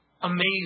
amazing